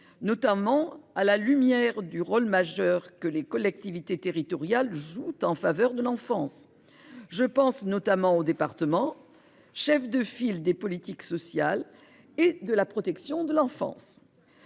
notamment à la lumière du rôle majeur que les collectivités territoriales jouent en faveur de l'enfance. Je pense notamment au département, chef de file des politiques sociales et de la protection de l'enfance.--